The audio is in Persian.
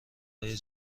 های